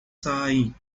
saem